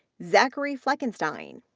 zachary fleckenstein,